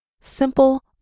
Simple